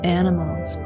animals